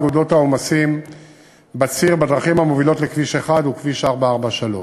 העומסים בציר בדרכים המובילות לכביש 1 וכביש 443,